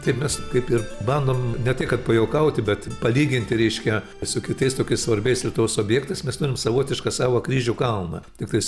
taip mes kaip ir bandom ne tai kad pajuokauti bet palyginti reiškia su kitais tokiais svarbiais lietuvos objektais mes turim savotišką savo kryžių kalną tiktais